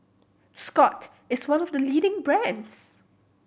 Scott's is one of the leading brands